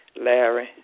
Larry